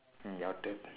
your turn